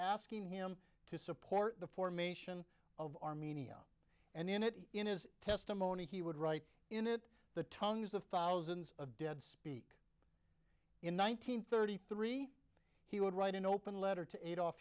asking him to support the formation of armenia and in it in his testimony he would write in it the tongues of thousands of dead speak in one nine hundred thirty three he would write an open letter to adol